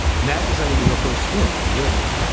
matt decided to go for a swim in the river